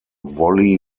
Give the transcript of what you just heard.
wholly